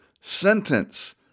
sentence